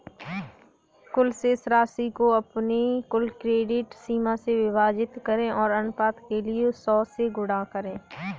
कुल शेष राशि को अपनी कुल क्रेडिट सीमा से विभाजित करें और अनुपात के लिए सौ से गुणा करें